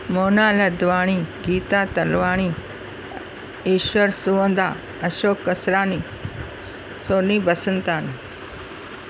मोना लदवाणी गीता तलवाणी ईश्वर सुहोंदा अशोक कसरानी स सोनी बसंताणी